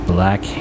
Black